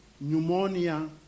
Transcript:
pneumonia